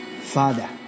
Father